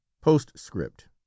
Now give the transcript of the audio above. postscript